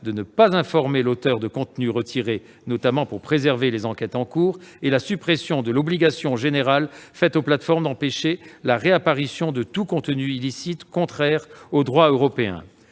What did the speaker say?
de ne pas informer l'auteur de contenus retirés, notamment pour préserver les enquêtes en cours. Enfin, nous proposons la suppression de l'obligation générale faite aux plateformes d'empêcher la réapparition de tout contenu illicite contraire au droit européen.